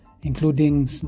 including